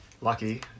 lucky